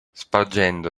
spargendo